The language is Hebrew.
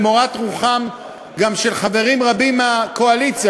גם למורת רוחם של חברים רבים מהקואליציה,